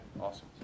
awesome